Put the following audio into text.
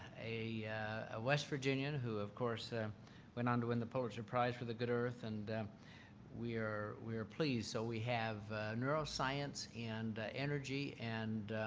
a ah west virginian who of course went on to win the pulitzer prize for the good earth. and we are we are pleased. so we have neuroscience and energy and